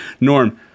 norm